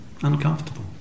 uncomfortable